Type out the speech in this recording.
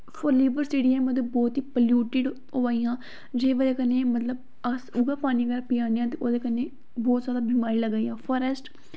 जेह्ड़ियां मतलब बहुत ही प्लयूटिड होआ दियां जेह्दी बजह कन्नै मतलब अस उऐ पानी पीआ ने आं ते जेह्ड़ियां मतलब बहुत ही प्लयूटिड होआ दियां जेह्दी बजह कन्नै मतलब अस उऐ पानी पीआ ने आं ते ओह्दे कन्नै बहुत जादा बमारियां लग्गा दियां फॉरैस्ट